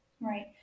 Right